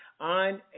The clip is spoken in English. on